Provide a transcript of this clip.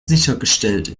sichergestellt